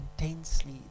intensely